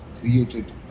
created